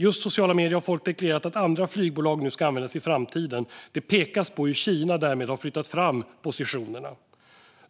I sociala medier har folk deklarerat att andra flygbolag ska användas i framtiden. Det pekas på hur Kina därmed har flyttat fram positionerna.